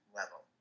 level